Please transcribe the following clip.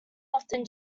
often